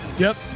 yep.